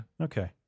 okay